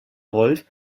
wolf